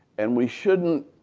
and we shouldn't